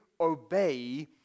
obey